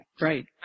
Right